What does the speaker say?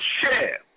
share